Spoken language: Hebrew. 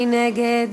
מי נגד?